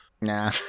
Nah